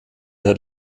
der